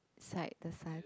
~side the sun